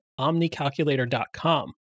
omnicalculator.com